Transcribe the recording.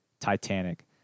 Titanic